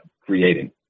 creating